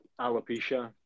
alopecia